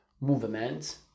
movement